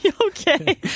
okay